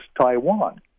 Taiwan